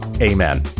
Amen